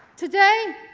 today,